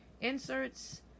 inserts